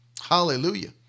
Hallelujah